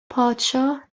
پادشاه